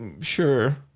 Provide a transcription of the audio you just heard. sure